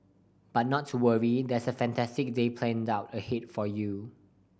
but not to worry there's a fantastic day planned out ahead for you